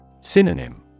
Synonym